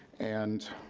and